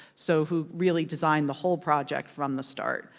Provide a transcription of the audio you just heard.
so who really design the whole project from the start,